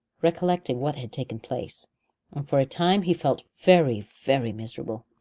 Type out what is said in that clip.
recollecting what had taken place, and for a time he felt very, very miserable.